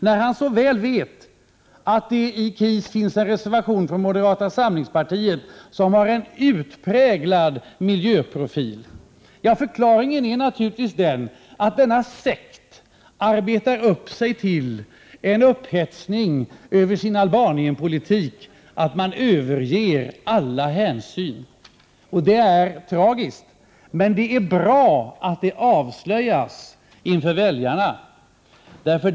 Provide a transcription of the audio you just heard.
Carl Frick vet så väl att det när det gäller KIS finns en reservation från moderata samlingspartiet som har en utpräglad miljöprofil. Förklaringen är naturligtvis att denna sekt hetsar upp sig så mycket över sin Albanienpolitik att man överger alla hänsyn. Detta är tragiskt. Men det är bra att det avslöjas inför väljarna.